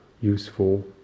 useful